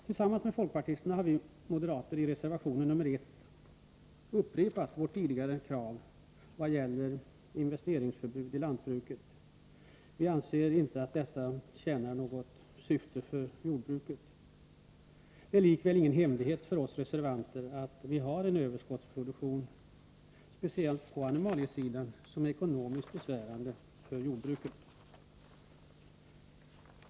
Tillsammans med folkpartisterna har vi moderater i reservation nr 1 upprepat vårt tidigare krav när det gäller investeringsförbud i lantbruket. Vi anser inte att ett sådant tjänar något syfte för jordbruket. Det är ingen hemlighet för oss reservanter att vi har en överskottsproduk tion, speciellt på animaliesidan, som är ekonomiskt besvärande för jordbruket.